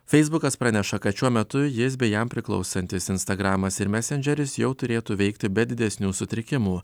feisbukas praneša kad šiuo metu jis bei jam priklausantis instagramas ir mesendžeris jau turėtų veikti be didesnių sutrikimų